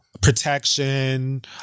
Protection